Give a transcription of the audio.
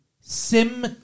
Sim